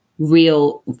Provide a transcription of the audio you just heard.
Real